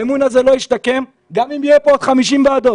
האמון הזה לא ישתקם גם אם יהיו פה עוד 50 ועדות.